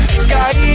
sky